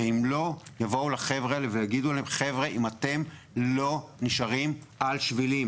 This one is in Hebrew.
שאם לא יבואו לחבר'ה האלה ויגידו להם שאם הם לא נשארים על שבילים